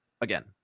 again